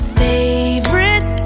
favorite